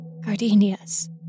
Gardenias